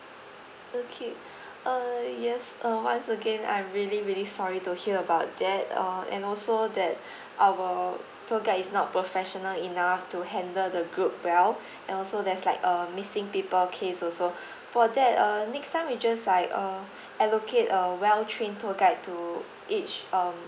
okay err yes uh once again I really really sorry to hear about that uh and also that our tour guide is not professional enough to handle the group well and also there's like uh missing people case also for that uh next time we just like uh allocate a well trained tour guide to each um